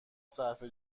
صرفه